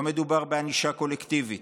לא מדובר בענישה קולקטיבית,